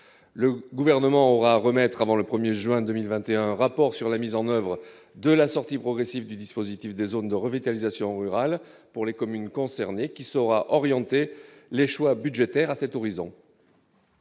le gouvernement aura remettre avant le 1er juin 2021 rapport sur la mise en oeuvre de la sortie progressive du dispositif des zones de revitalisation rurale pour les communes concernées qui saura orienter les choix budgétaires à cet horizon.